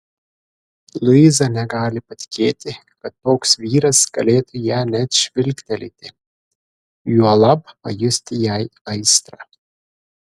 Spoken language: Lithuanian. luiza negali patikėti kad toks vyras galėtų į ją net žvilgtelėti juolab pajusti jai aistrą